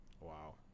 Wow